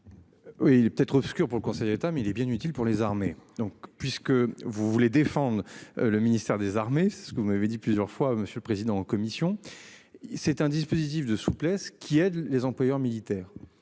Oui, il est peut-être obscur pour le Conseil d'État mais il est bien utile pour les armées, donc puisque vous voulez défendre. Le ministère des Armées. Ce que vous m'avez dit plusieurs fois Monsieur le Président commission. C'est un dispositif de souplesse qui aide les employeurs militaire